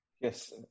Yes